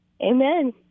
Amen